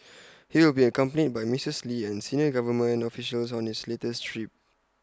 he will be accompanied by Mistress lee and senior government officials on his latest trip